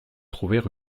trouver